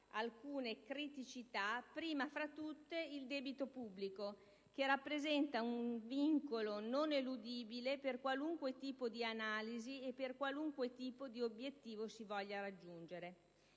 alcune criticità, prima fra tutte il debito pubblico, che rappresenta un vincolo non eludibile per qualunque tipo di analisi e qualunque tipo di obiettivo si voglia raggiungere.